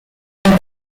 ein